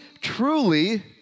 truly